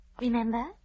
Remember